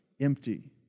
empty